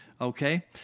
Okay